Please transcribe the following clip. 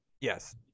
Yes